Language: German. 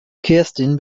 kerstin